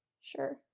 sure